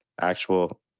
actual